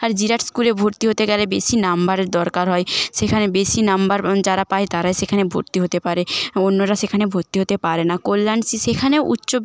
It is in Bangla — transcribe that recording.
আর জিরাট স্কুলে ভর্তি হতে গেলে বেশি নাম্বারের দরকার হয় সেখানে বেশি নাম্বার যারা পায় তারাই সেখানে ভর্তি হতে পারে অন্যরা সেখানে ভর্তি হতে পারে না কল্যাণ শী শী সেখানেও উচ্চ